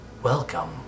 Welcome